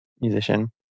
musician